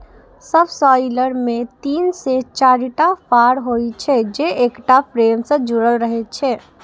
subsoiler मे तीन से चारिटा फाड़ होइ छै, जे एकटा फ्रेम सं जुड़ल रहै छै